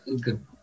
good